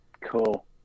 Cool